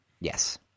Yes